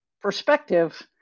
perspective